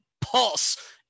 pulse